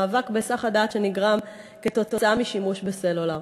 המאבק בהיסח הדעת שנגרם משימוש בסלולר.